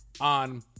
on